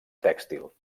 tèxtil